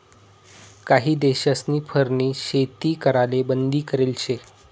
काही देशस्नी फरनी शेती कराले बंदी करेल शे